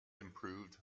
improved